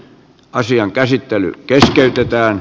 asian käsittely keskeytetään